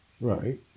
Right